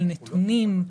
על נתונים,